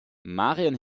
marion